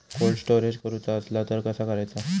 Cold storage करूचा असला तर कसा करायचा?